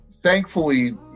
thankfully